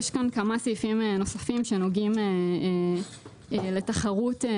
יש כאן כמה סעיפים נוספים שנוגעים להגברת